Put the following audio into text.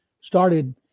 started –